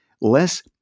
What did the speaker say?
Less